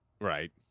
Right